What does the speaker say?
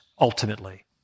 ultimately